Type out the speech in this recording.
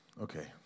okay